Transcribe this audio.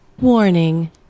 Warning